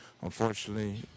Unfortunately